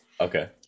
Okay